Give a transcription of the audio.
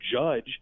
judge